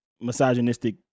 misogynistic